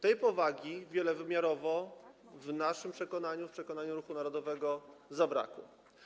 Tej powagi wielowymiarowo w naszym przekonaniu, w przekonaniu Ruchu Narodowego, zabrakło.